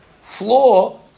flaw